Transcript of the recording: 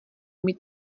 mít